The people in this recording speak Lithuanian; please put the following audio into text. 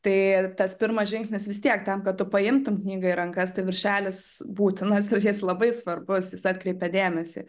tai tas pirmas žingsnis vis tiek tam kad tu paimtum knygą į rankas tai viršelis būtinas ir jis labai svarbus jis atkreipia dėmesį